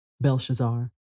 Belshazzar